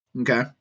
Okay